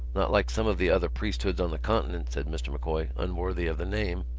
not like some of the other priesthoods on the continent, said mr. m'coy, unworthy of the name.